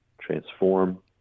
transform